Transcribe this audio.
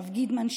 הרב גידמן,